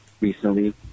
Recently